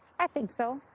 i think so.